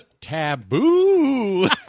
taboo